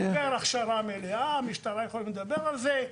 הוא עובר הכשרה מלאה, המשטרה יכולה לדבר על זה.